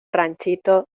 ranchito